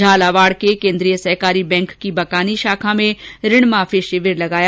झालावाड़ के केन्द्रीय सहकारी बैंक की बकानी शाखा में ऋण माफी शिविर लगाया